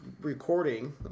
recording